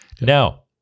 Now